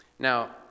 Now